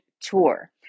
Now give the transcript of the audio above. tour